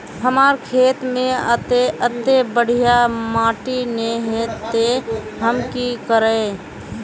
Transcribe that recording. हमर खेत में अत्ते बढ़िया माटी ने है ते हम की करिए?